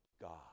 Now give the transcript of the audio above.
God